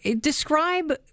Describe